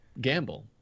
gamble